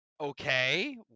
okay